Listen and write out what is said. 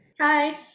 Hi